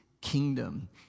kingdom